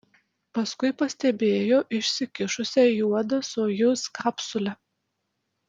paskui pastebėjo išsikišusią juodą sojuz kapsulę